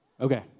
Okay